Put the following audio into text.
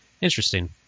Interesting